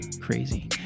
crazy